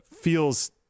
feels